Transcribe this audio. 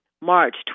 March